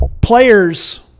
players